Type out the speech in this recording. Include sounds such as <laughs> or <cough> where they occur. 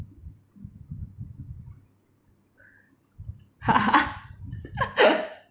<laughs>